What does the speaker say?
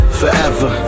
forever